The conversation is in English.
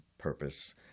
purpose